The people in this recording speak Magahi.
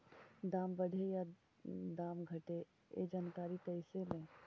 दाम बढ़े या दाम घटे ए जानकारी कैसे ले?